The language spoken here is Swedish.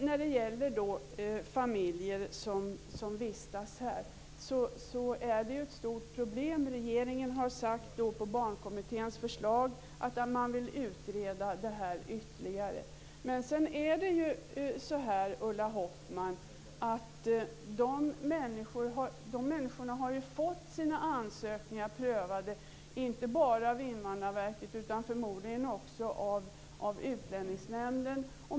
När det gäller problemet med de familjer som vistas här har regeringen på Barnkommitténs förslag sagt att den vill utreda detta ytterligare. Men, Ulla Hoffmann, de här människorna har ju fått sina ansökningar prövade inte bara av Invandrarverket utan förmodligen också av Utlänningsnämnden.